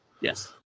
Yes